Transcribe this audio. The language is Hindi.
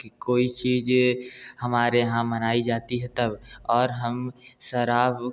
कि कोई चीज़ हमारे यहाँ मनाई जाती हैं तब और हम शराब